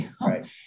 Right